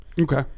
Okay